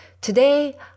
Today